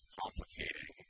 complicating